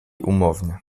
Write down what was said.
umownie